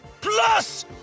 PLUS